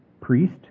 priest